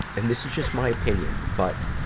and this is just my opinion, but,